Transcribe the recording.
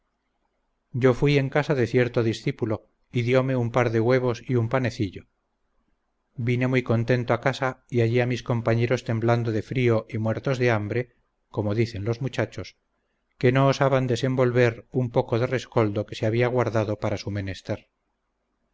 yo fuí en casa de cierto discípulo y diome un par de huevos y un panecillo vine muy contento a casa y hallé a mis compañeros temblando de frío y muertos de hambre como dicen los muchachos que no osaban desenvolver un poco de rescoldo que se había guardado para su menester